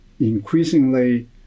increasingly